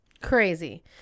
Crazy